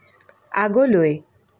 আগলৈ